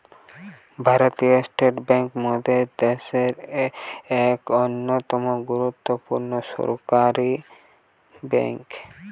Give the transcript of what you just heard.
ভারতীয় state bank মোদের দ্যাশের এক অন্যতম গুরুত্বপূর্ণ সরকারি বেঙ্ক